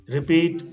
Repeat